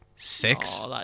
Six